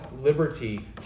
liberty